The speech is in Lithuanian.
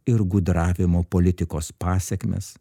ir gudravimo politikos pasekmes